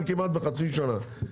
דחיתי את העניין כמעט בחצי שנה.